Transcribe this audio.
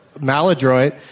Maladroit